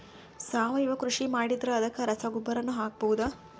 ಸಾವಯವ ಕೃಷಿ ಮಾಡದ್ರ ಅದಕ್ಕೆ ರಸಗೊಬ್ಬರನು ಹಾಕಬಹುದಾ?